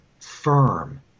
firm